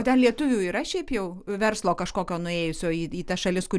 o ten lietuvių yra šiaip jau verslo kažkokio nuėjusio į į tas šalis kur